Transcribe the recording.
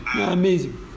amazing